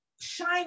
shine